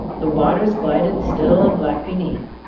the waters glided still and black be neath.